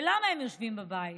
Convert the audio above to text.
ולמה הם יושבים בבית?